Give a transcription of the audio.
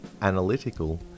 analytical